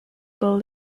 build